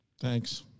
Thanks